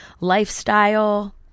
Lifestyle